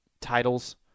titles